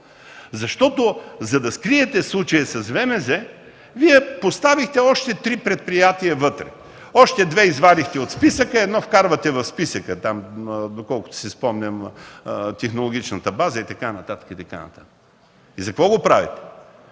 защото, за да скриете случая с ВМЗ, Вие поставихте още три предприятия вътре – още две извадихте от списъка, едно вкарвате в списъка, доколкото си спомням – Технологичната база, и така нататък, и така нататък.